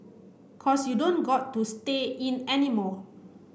cause you don't got to stay in anymore